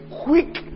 quick